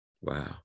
Wow